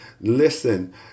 listen